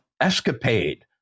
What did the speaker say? escapade